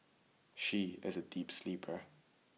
she is a deep sleeper